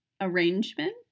arrangement